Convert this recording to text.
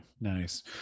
nice